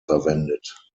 verwendet